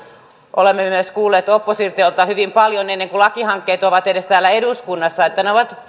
olemme myös kuulleet oppositiolta hyvin paljon ennen kuin lakihankkeet ovat edes täällä eduskunnassa että ne ovat